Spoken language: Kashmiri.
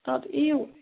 اَد یِیٖیِو